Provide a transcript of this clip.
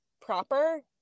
proper